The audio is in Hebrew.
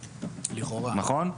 נכון?